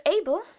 able